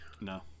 No